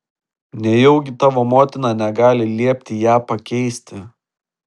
nejaugi tavo motina negali liepti ją pakeisti